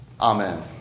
Amen